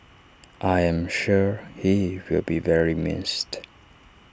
I am sure he will be very missed